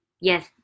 yes